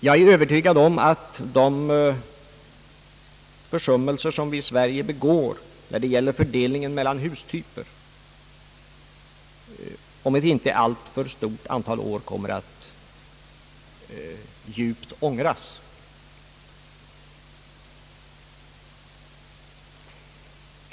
Jag är övertygad om att de försummelser som vi i Sverige begår när det gäller fördelningen mellan hustyper kommer vi att få djupt ångra om ett inte alltför stort antal år.